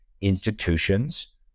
institutions